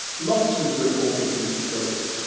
lots was reported in st louis,